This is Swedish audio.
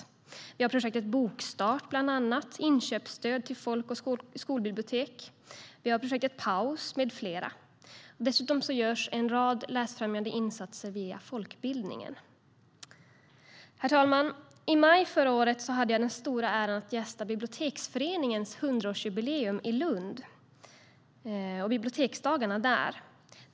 Det gäller bland annat projektet Bokstart, inköpsstöd till folk och skolbibliotek och projektet Paus. Dessutom görs en rad läsfrämjande insatser via folkbildningen. Herr talman! I maj förra året hade jag den stora äran att gästa Biblioteksföreningens 100-årsjubileum i Lund och biblioteksdagarna där.